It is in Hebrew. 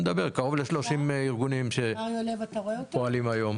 ארגונים שפועלים היום.